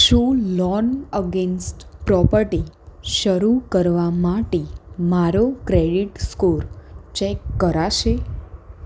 શું loan against property શરુ કરવા માટે મારો ક્રેડીટ સ્કોર ચેક કરાશે